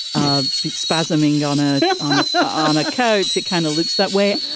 um spasming on a and on a coach. it kind of looks that way.